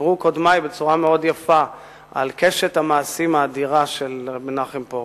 דיברו קודמי בצורה מאוד יפה על קשת המעשים האדירה של ר' מנחם פרוש: